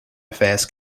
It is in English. affairs